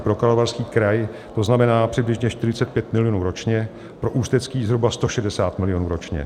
Pro Karlovarský kraj to znamená přibližně 45 milionů ročně, pro Ústecký zhruba 160 milionů ročně.